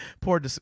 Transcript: poor